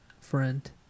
friend